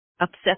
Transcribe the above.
upset